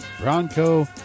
Bronco